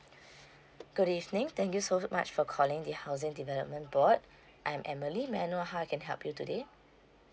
good evening thank you so much for calling the housing development board I'm emily may I know how I can help you today